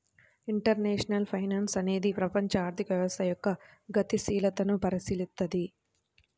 international finance అనేది ప్రపంచ ఆర్థిక వ్యవస్థ యొక్క గతిశీలతను పరిశీలిత్తది